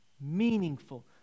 meaningful